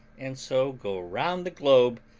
and so go round the globe,